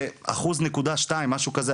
זה אחוז נקודה שתיים, משהו כזה.